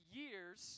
years